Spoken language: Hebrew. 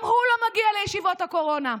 גם הוא לא מגיע לישיבות הקורונה.